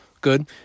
Good